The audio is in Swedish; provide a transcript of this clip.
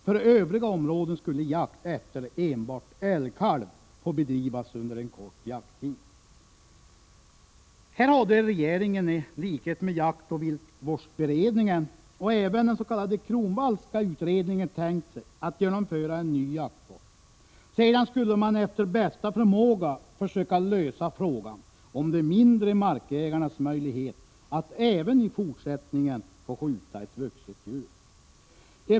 För övriga områden skulle jakt efter enbart älgkalv få bedrivas under en kort jakttid. Här hade regeringen i likhet med jaktoch viltvårdsbe redningen och även den s.k. Kronvallska utredningen tänkt sig att genomföra en ny jaktform. Sedan skulle man efter bästa förmåga försöka lösa frågan om de mindre markägarnas möjlighet att även i fortsättningen få skjuta ett vuxet djur.